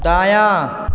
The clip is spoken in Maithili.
दायाँ